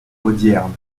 audierne